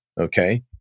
okay